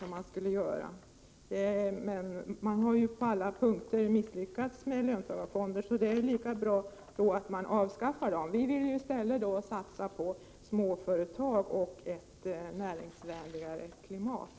Men man har ju misslyckats på alla punkter med löntagarfonderna. Det är därför lika bra att dessa avskaffas. Vi vill i stället satsa på småföretag och ett näringslivsvänligare klimat.